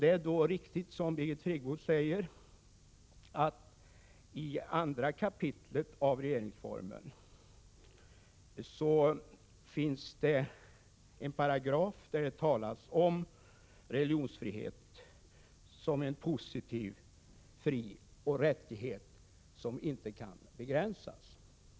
Det är riktigt som Birgit Friggebo säger att det i 2 kap. regeringsformen finns en paragraf som behandlar religionsfriheten som en positiv frioch rättighet, som inte kan begränsas.